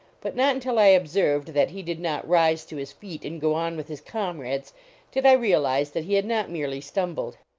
but not until i observed that he did not rise to his feet and go on with his comrades did i realize that he had not merely stumbled.